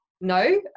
no